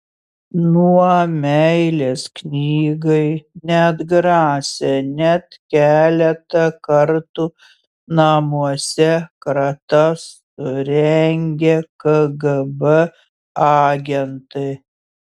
nuo meilės knygai neatgrasė net keletą kartų namuose kratas surengę kgb agentai